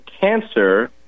cancer